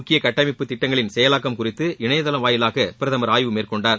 முக்கியகட்டமைப்பு திட்டங்களின் செயலாக்கம் குறித்து இணையதளம் வாயிலாக பிரதமர் ஆய்வு மேற்கொண்டார்